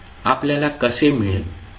आपल्याला कसे मिळेल